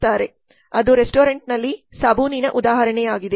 ಅದು ರೆಸ್ಟೋರೆಂಟ್ನಲ್ಲಿ ಸಾಬೂನಿನ ಉದಾಹರಣೆಯಾಗಿದೆ